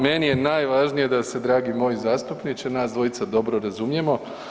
Meni je najvažnije da se dragi moj zastupniče, nas dvojica dobro razumijemo.